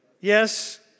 Yes